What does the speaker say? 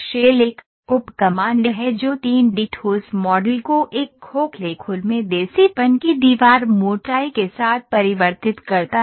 shell एक उप command है जो 3 डी ठोस मॉडल को एक खोखले खोल में देसीपन की दीवार मोटाई के साथ परिवर्तित करता है